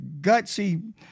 gutsy